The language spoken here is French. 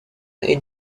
est